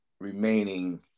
remaining